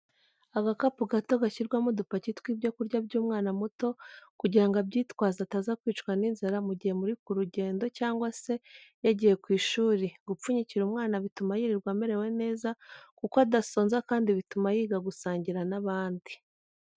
Agakapu gato gashyirwa udupaki tw'ibyo kurya by'umwana muto kugirango abyitwaze ataza kwicwa n'inzara mu gihe muri ku rugendo cyangwa se yagiye ku ishuri, gupfunyikira umwana bituma yirirwa amerewe neza kuko adasonza kandi bituma yiga gusangira n'abandi.